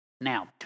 Now